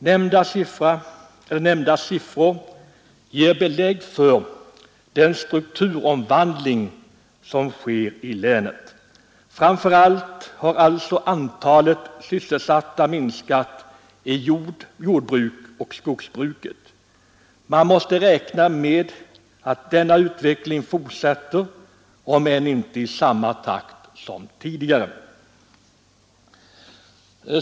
Nämnda siffror ger belägg för den strukturomvandling som sker i länet. Framför allt har således antalet sysselsatta minskat i jordbruket och skogsbruket. Man måste räkna med att denna utveckling fortsätter om än inte i samma takt som tidigare.